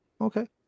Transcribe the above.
Okay